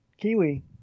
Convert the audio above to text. kiwi